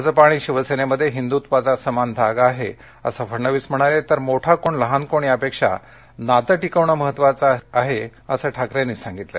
भाजपा आणि शिवसेनमध्ये हिंदुत्वाचा समान धागा आहे असं फडणविस म्हणाले तर मोठा कोण लहान कोण यापेक्षा नातं टिकवणं महत्वाचं आहे असं ठाकरेंनी सांगितलं